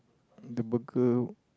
the burger